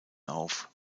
auf